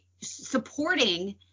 supporting